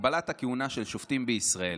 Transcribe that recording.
הגבלת הכהונה של שופטים בישראל,